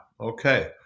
Okay